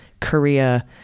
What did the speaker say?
korea